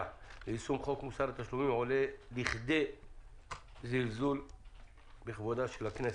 ליישום חוק מוסר התשלומים עולה לכדי זלזול בכבודה של הכנסת.